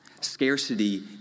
Scarcity